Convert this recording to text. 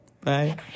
Bye